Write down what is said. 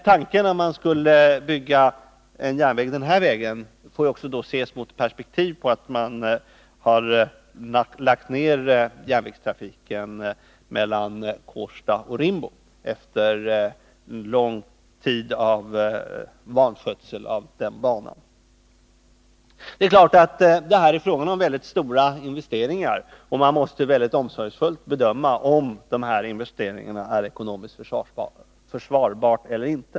Tanken att bygga den här järnvägen får också ses i perspektivet att järnvägstrafiken mellan Kårsta och Rimbo har lagts ned efter en lång tid av vanskötsel av banan. Det är klart att det blir fråga om mycket stora investeringar, och man måste omsorgsfullt bedöma om investeringarna är ekonomiskt försvarbara eller inte.